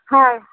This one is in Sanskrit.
हा